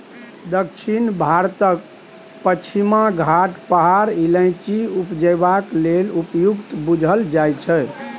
दक्षिण भारतक पछिमा घाट पहाड़ इलाइचीं उपजेबाक लेल उपयुक्त बुझल जाइ छै